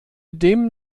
dem